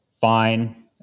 fine